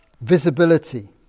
visibility